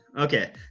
Okay